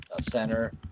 Center